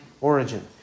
origin